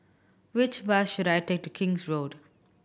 which bus should I take to King's Road